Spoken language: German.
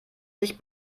sich